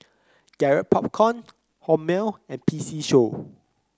Garrett Popcorn Hormel and P C Show